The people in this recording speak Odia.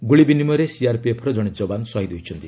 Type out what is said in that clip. ଗୁଳିବିନିମୟରେ ସିଆର୍ପିଏଫ୍ର ଜଣେ ଜବାନ ସହିଦ ହୋଇଛନ୍ତି